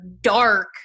dark